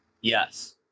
Yes